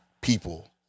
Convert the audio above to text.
people